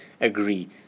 agree